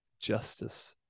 justice